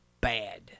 bad